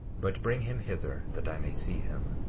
but bring him hither that i may see him.